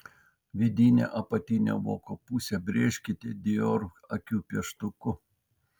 vidinę apatinio voko pusę brėžkite dior akių pieštuku